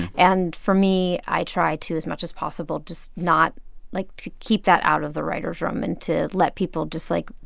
and for me, i try to, as much as possible, to just not like, to keep that out of the writers' room and to let people just, like,